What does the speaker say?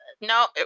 No